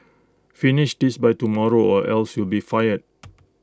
finish this by tomorrow or else you'll be fired